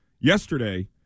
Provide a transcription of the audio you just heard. yesterday